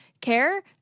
care